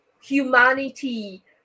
humanity